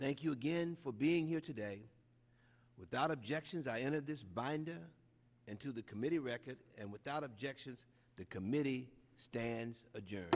thank you again for being here today without objections i ended this by and into the committee record and without objection the committee stands adjour